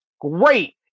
great